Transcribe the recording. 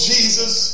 Jesus